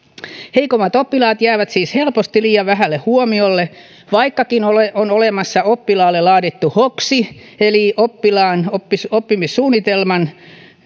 heikommat oppilaat jäävät siis helposti liian vähälle huomiolle vaikkakin on olemassa oppilaalle laadittu hoks eli oppilaan oppilaan oppimissuunnitelman